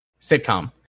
sitcom